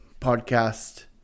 podcast